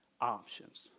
options